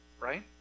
Right